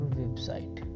website